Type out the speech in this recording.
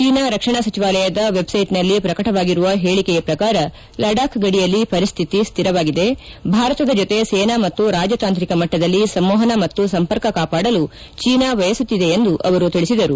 China ರಕ್ಷಣಾ ಸಚಿವಾಲಯದ ವೆಬ್ಸೈಟ್ನಲ್ಲಿ ಪ್ರಕಟವಾಗಿರುವ ಹೇಳಿಕೆಯ ಪ್ರಕಾರ ಲಡಾಖ್ ಗಡಿಯಲ್ಲಿ ಪರಿಸ್ಥಿತಿ ಸ್ಥಿರವಾಗಿದೆ ಭಾರತದ ಜೊತೆ ಸೇನಾ ಮತ್ತು ರಾಜತಾಂತ್ರಿಕ ಮಟ್ಟದಲ್ಲಿ ಸಂವಹನ ಮತ್ತು ಸಂಪರ್ಕ ಕಾಪಾಡಲು ಚೀನಾ ಬಯಸುತ್ತಿದೆ ಎಂದು ಅವರು ತಿಳಿಸಿದರು